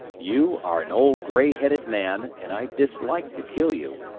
you are an old gray-headed man, and i dislike to kill you,